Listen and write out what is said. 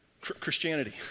Christianity